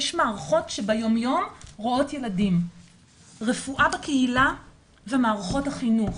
יש מערכות שביום יום רואות ילדים-רפואה בקהילה ומערכות החינוך.